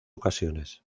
ocasiones